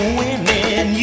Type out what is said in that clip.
winning